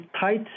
tight